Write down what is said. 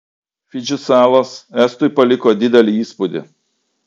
fidži salos estui paliko didelį įspūdį